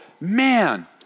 man